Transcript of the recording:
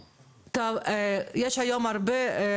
הם צריכים להגיע לפה.